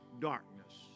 darkness